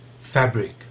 fabric